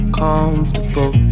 comfortable